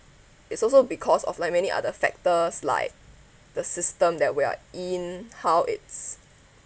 it's also because of like many other factors like the system that we are in how it's